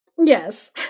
Yes